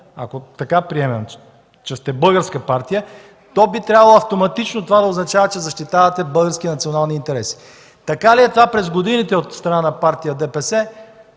ако така приемем – че сте българска партия, би трябвало автоматично това да означава, че защитавате български национални интереси. Така ли е това през годините от страна на партия ДПС?